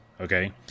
okay